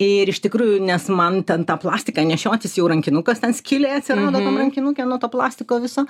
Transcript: ir iš tikrųjų nes man ten tą plastiką nešiotis jau rankinukas ten skylė atsirado tam rankinuke nuo to plastiko viso